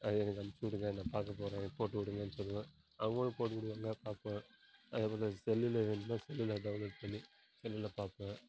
அது எனக்கு அனுப்பிச்சி விடுங்க நான் பார்க்கப் போகிறேன் போட்டு விடுங்கன்னு சொல்லுவேன் அவங்களும் போட்டுவிடுவாங்க பார்ப்பேன் அதுக்கு அப்புறம் செல்லில் வேணுன்னால் செல்லில் டவுன்லோட் பண்ணி செல்லில் பார்ப்பேன்